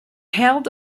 held